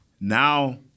Now